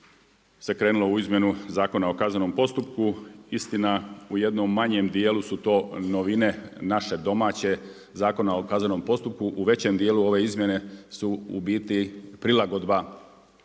se krenulo u Izmjenu zakona o kaznenom postupku. Istina u jednom manjem dijelu su to novine naše domaće, Zakona o kaznenom postupku, u većem dijelu ove izmjene su u biti prilagodba